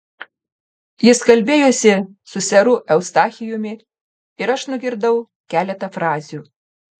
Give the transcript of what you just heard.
jis kalbėjosi su seru eustachijumi ir aš nugirdau keletą frazių